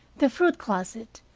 the fruit-closet,